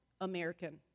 American